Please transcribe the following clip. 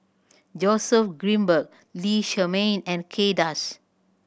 Joseph Grimberg Lee Shermay and Kay Das